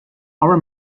are